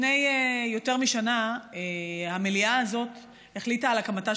לפני יותר משנה המליאה הזאת החליטה על הקמתה